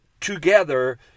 together